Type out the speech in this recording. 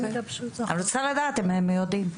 אני רוצה לדעת אם הם יודעים.